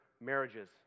marriages